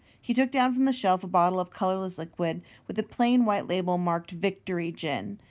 he took down from the shelf a bottle of colourless liquid with a plain white label marked victory gin.